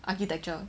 architecture